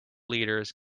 leaders